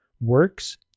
works